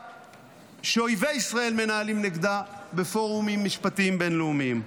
שאויבי ישראל מנהלים נגדה בפורומים משפטיים בין-לאומיים.